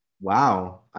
Wow